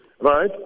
right